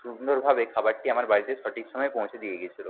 সুন্দরভাবে খাবারটি আমার বাড়িতে সঠিক সময় পৌঁছে দিয়ে গিয়েছিলো